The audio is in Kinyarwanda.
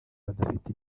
badafite